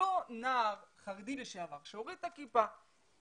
אותו נער חרדי לשעבר שהוריד את הכיפה,